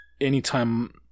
anytime